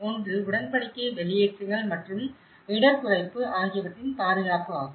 ஒன்று உடன்படிக்கை வெளியேற்றங்கள் மற்றும் இடர் குறைப்பு ஆகியவற்றின் பாதுகாப்பு ஆகும்